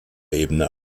ebene